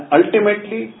ultimately